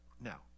Now